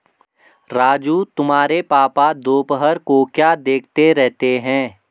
राजू तुम्हारे पापा दोपहर को क्या देखते रहते हैं?